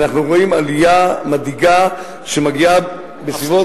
אנחנו רואים עלייה מדאיגה שמגיעה בסביבות,